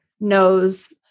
knows